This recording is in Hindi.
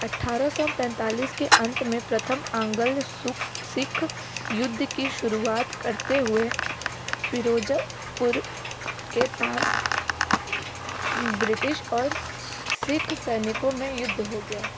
अट्ठारह सौ पैंतालिस के अंत में प्रथम आंगल्ल सुक सिख युद्ध की शुरुआत करते हुए फिरोज़पुर के पास ब्रिटिश और सिख सैनिकों में युद्ध हो गया